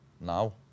Now